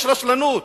יש רשלנות,